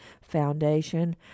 Foundation